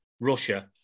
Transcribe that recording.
Russia